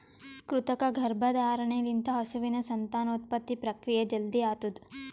ಕೃತಕ ಗರ್ಭಧಾರಣೆ ಲಿಂತ ಹಸುವಿನ ಸಂತಾನೋತ್ಪತ್ತಿ ಪ್ರಕ್ರಿಯೆ ಜಲ್ದಿ ಆತುದ್